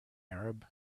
arab